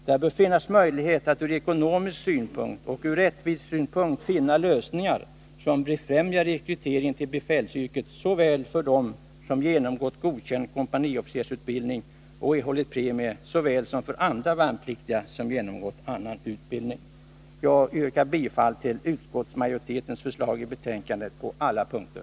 Det bör finnas möjlighet att ur ekonomisk synpunkt och ur rättvisesynpunkt finna lösningar som befrämjar rekrytering till befälsyrket såväl för dem som med godkänt betyg genomgått kompaniofficersutbildning och erhållit premie som för andra värnpliktiga som genomgått annan utbildning. Jag yrkar bifall till utskottsmajoritetens förslag på alla punkter.